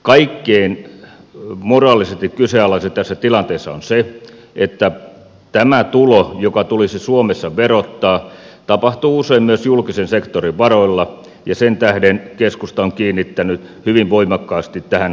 kaikkein moraalisesti kyseenalaisinta tässä tilanteessa on se että tämä tulo joka tulisi suomessa verottaa tapahtuu usein myös julkisen sektorin varoilla ja sen tähden keskusta on kiinnittänyt hyvin voimakkaasti tähän huomionsa